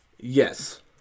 Yes